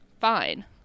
fine